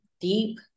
deep